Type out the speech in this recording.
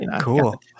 cool